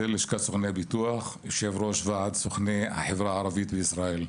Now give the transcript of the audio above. שלום, יושב-ראש ועד סוכני החברה הערבית בישראל.